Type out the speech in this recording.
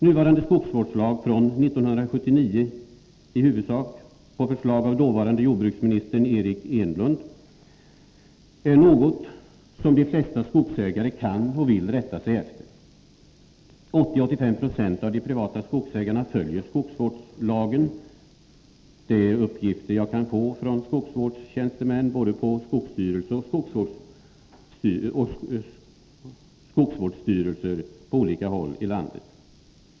Nuvarande skogsvårdslag, i huvudsak från 1979, efter förslag av dåvarande jordbruksminister Eric Enlund, är något som de flesta skogsägare kan och vill rätta sig efter. 80-85 96 av de privata skogsägarna följer skogsvårdslagen. Det är uppgifter jag kan få från skogsvårdstjänstemän inom både skogsstyrelsen och skogsvårdsstyrelser på olika håll i landet.